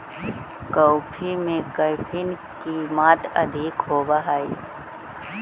coffee में caffeine की मात्रा अधिक होवअ हई